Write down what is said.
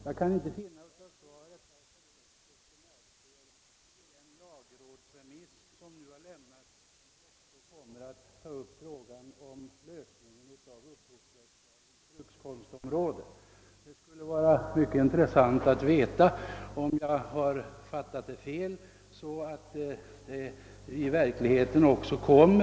Jag kan inte av justitieministerns svar finna att han i den nu lämnade lagrådsremissen också föreslagit en lösning av frågan om upphovsrättslagens brukskonstområde.